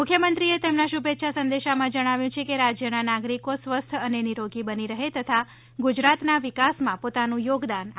મુખ્યમંત્રીએ તેમના શુભેચ્છા સંદેશામાં જણાવ્યું કે રાજ્યના નાગરિકો સ્વસ્થ અને નિરોગી બની રહે તથા ગુજરાતના વિકાસમાં પોતાનું યોગદાન આપતા રહે